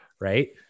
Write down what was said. Right